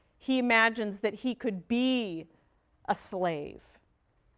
he imagines that he could be a slave.